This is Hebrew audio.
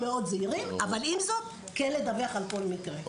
זהירים אבל עם זאת כן לדווח על כל מקרה.